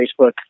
Facebook